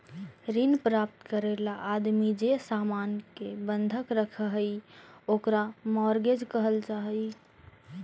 ऋण प्राप्त करे ला आदमी जे सामान के बंधक रखऽ हई ओकरा मॉर्गेज कहल जा हई